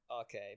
Okay